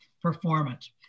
performance